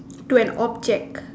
to an object